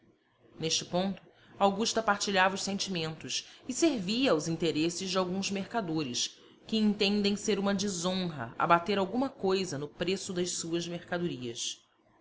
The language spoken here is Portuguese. neste ponto augusta partilhava os sentimentos e servia aos interesses de alguns mercadores que entendem ser uma desonra abater alguma coisa no preço das suas mercadorias